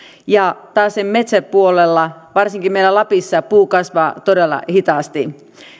ja taasen metsäpuolella varsinkin meillä lapissa puu kasvaa todella hitaasti